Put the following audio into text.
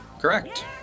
correct